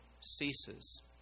ceases